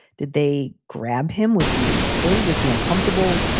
did they grab him? was he afraid? was he uncomfortable?